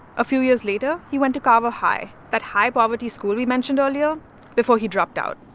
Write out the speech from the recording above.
a few years later, he went to carver high that high-poverty school we mentioned earlier before he dropped out.